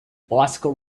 bicycle